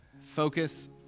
focus